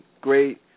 Great